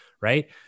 right